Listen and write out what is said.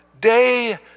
day